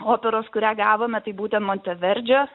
operos kurią gavome tai būtent monteverdžio